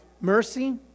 mercy